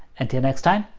until next time,